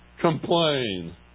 complain